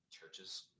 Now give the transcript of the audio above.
churches